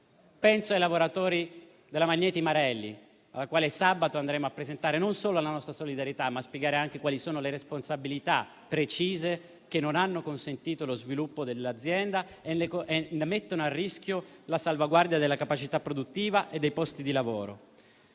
e ai lavoratori della Magneti Marelli, a cui sabato prossimo andremo non solo a presentare la nostra solidarietà, ma anche a spiegare quali sono le responsabilità precise che non hanno consentito lo sviluppo dell'azienda e che mettono a rischio la salvaguardia della sua capacità produttiva e dei posti di lavoro.